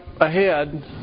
ahead